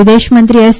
વિદેશમંત્રી એસ